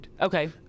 Okay